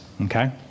Okay